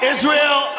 Israel